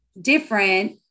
different